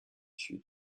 sud